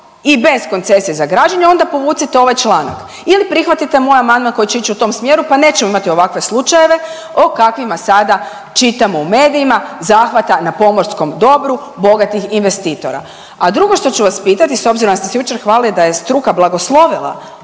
i bez koncesije za građenje onda povucite ovaj članak ili prihvatite moj amandman koji će ići u tom smjeru pa nećemo imati ovakve slučajeve o kakvima sada čitamo u medijima zahvata na pomorskom dobru bogatih investitora. A drugo što ću vas pitati s obzirom da ste se jučer hvalili da je struka blagoslovila